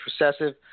recessive